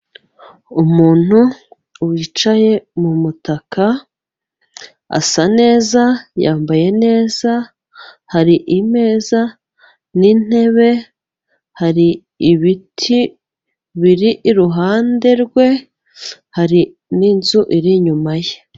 Umuntu wicaye mu mutaka, asa neza, yambaye neza, hari imeza n'intebe, hari ibiti biri iruhande rwe, hari n'inzu iri inyuma ye.